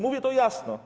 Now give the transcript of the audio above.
Mówię to jasno.